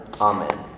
Amen